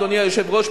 אדוני היושב-ראש,